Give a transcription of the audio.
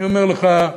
אני אומר לך,